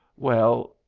well,